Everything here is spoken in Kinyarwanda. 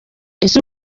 ese